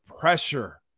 pressure